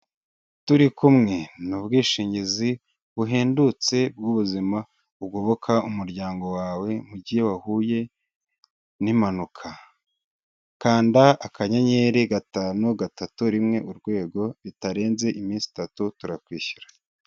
Turi kumwe ni ubwishingizi buhendutse bw'ubuzima bugoboka umuryango wawe mu gihe wahuye n'impanuka. Kanda akanyenyeri gatanu, gatatu, rimwe, urwego, bitarenze iminsi itatu turakwishyura.